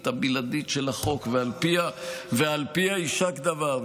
הבלעדית של החוק ועל פיה יישק דבר.